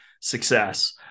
success